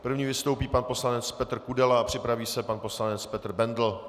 První vystoupí pan poslanec Petr Kudela a připraví se pan poslanec Petr Bendl.